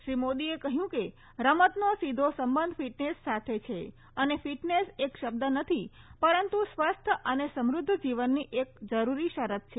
શ્રી મોદી એ કહ્યું કે રમતનો સીધો સંબંધ ફીટનેસ સાથે છે અને ફીટનેસ એક શબ્દ નથી પરંતુ સ્વસ્થ અને સમૃધ્ધ જીવનની એક જરૂરી શરત છે